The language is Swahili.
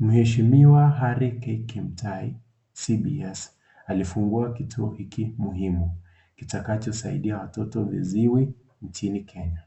Mheshimiwa Harry K. Kimutai CBS alifungua kituo hiki muhimu kitakachosaidia watoto viziwi nchini Kenya.